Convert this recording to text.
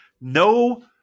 no